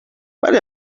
ولی